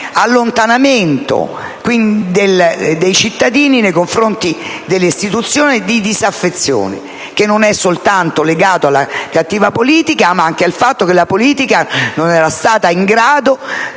allontanamento dei cittadini dalle istituzioni e di disaffezione, legato non soltanto alla cattiva politica ma anche al fatto che la politica non era stata in grado